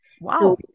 Wow